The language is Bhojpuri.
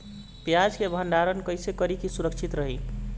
प्याज के भंडारण कइसे करी की सुरक्षित रही?